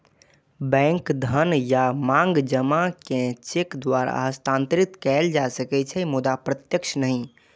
bank धन या मांग जमा कें चेक द्वारा हस्तांतरित कैल जा सकै छै, मुदा प्रत्यक्ष नहि